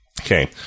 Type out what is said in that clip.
Okay